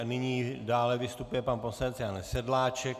A nyní dále vystupuje pan poslanec Jan Sedláček.